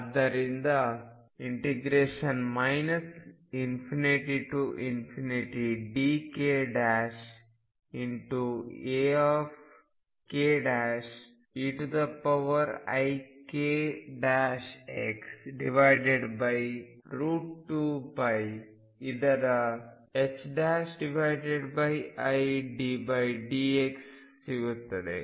ಅದರಿಂದ ∞ dk Akeikx2π ಇದರ iddx ಸಿಗುತ್ತದೆ